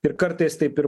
ir kartais taip ir